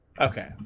Okay